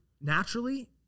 naturally